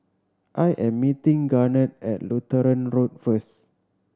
I am meeting Garnet at Lutheran Road first